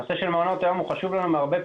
הנושא של מעונות היום הוא חשוב לנו מהרבה בחינות,